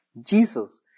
Jesus